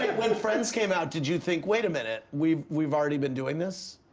when friends came out did you think, wait a minute, we've we've already been doing this?